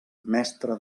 mestre